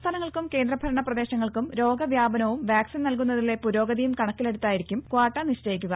സംസ്ഥാനങ്ങൾക്കും കേന്ദ്രഭരണ പ്രദേശങ്ങൾക്കും രോഗവ്യാപനവും വാക്സിൻ നൽകുന്നതിലെ പുരോഗതിയും കണക്കിലെടുത്തായിരിക്കും ക്വാട്ട നിശ്ചയിക്കുക